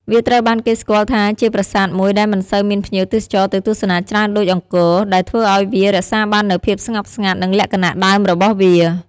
វាត្រូវបានគេស្គាល់ថាជាប្រាសាទមួយដែលមិនសូវមានភ្ញៀវទេសចរទៅទស្សនាច្រើនដូចអង្គរ ដែលធ្វើឲ្យវារក្សាបាននូវភាពស្ងប់ស្ងាត់ និងលក្ខណៈដើមរបស់វា។